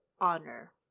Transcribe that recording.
honor